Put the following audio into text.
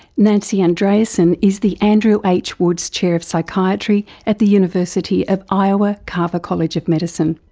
nancy andreasen is the andrew h woods chair of psychiatry at the university of iowa carver college of medicine.